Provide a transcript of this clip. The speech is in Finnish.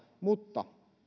mutta